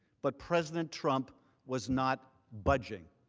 but president trump was not budging.